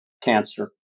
cancer